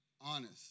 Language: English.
honest